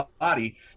body